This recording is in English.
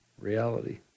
reality